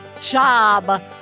job